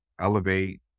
elevate